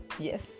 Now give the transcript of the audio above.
Yes